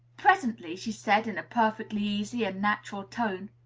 presently she said, in a perfectly easy and natural tone,